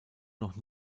noch